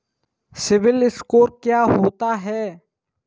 CIBIL score क्या होता है?